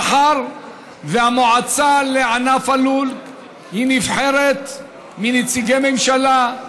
מאחר שהמועצה לענף הלול נבחרת מנציגי ממשלה,